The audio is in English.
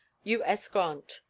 u s. grant.